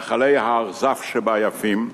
נחלי האכזב שבה יפים,